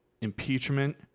impeachment